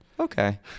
Okay